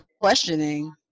questioning